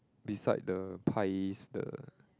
beside the pies the